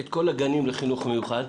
את כל הגנים לחינוך המיוחד,